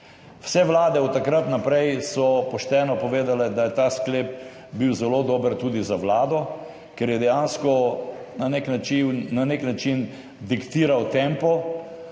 Vse vlade od takrat naprej so pošteno povedale, da je bil ta sklep zelo dober tudi za Vlado, ker je dejansko na nek način diktiral tempo,